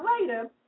later